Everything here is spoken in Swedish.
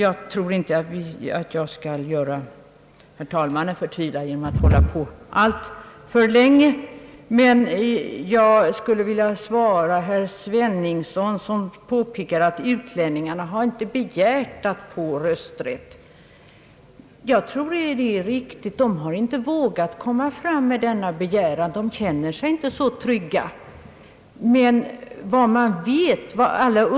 Jag skall inte göra herr talmannen förtvivlad genom att hålla på alltför länge, men jag vill svara herr Sveningsson, som påpekade att invandrarna inte begärt att få rösträtt. Det är riktigt, men sannolikast beror detta på att de inte vågat framföra en sådan begäran. De känner sig inte så trygga att de ansett sig kunna göra det.